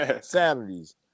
Saturdays